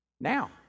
Now